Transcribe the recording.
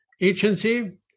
Agency